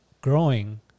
growing